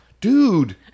Dude